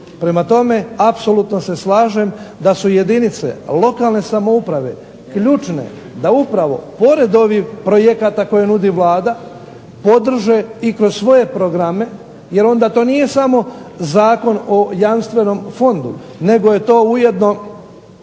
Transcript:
Prema tome apsolutno se slažem da su jedinice lokalne samouprave ključne da upravo pored ovih projekata koje nudi Vlada podrže i kroz svoje programe, jer onda to nije samo Zakon o jamstvenom fondu, nego je to ujedno